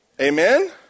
Amen